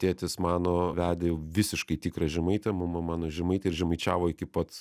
tėtis mano vedė jau visiškai tikrą žemaitę mama mano žemaitė ir žemaičiavo iki pat